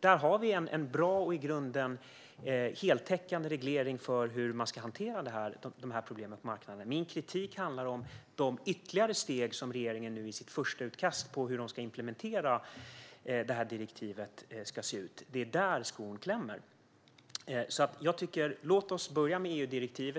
Där har vi en bra och i grunden heltäckande reglering av hur man ska hantera dessa problem på marknaden. Min kritik handlar om hur de ytterligare steg för att implementera direktivet som regeringen nu beskriver i sitt första utkast ska se ut. Det är där skon klämmer. Låt oss börja med EU-direktivet, tycker jag.